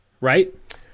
right